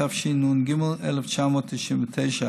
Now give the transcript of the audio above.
התשנ"ג 1992,